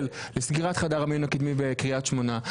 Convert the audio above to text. לסגירת חדר המיון הקדמי בקריית שמונה.